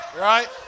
Right